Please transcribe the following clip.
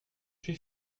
suis